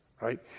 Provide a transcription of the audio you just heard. right